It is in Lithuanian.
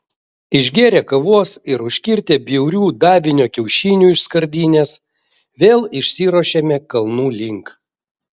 išgėrę kavos ir užkirtę bjaurių davinio kiaušinių iš skardinės vėl išsiruošėme kalnų link